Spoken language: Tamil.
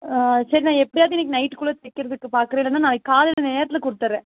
சரி நான் எப்படியாவது இன்றைக்கி நைட்டுக்குள்ளே தைக்கிறதுக்கு பார்க்குறேன் இல்லைன்னா நாளைக்கு காலையில் நேரத்தில் கொடுத்துர்றேன்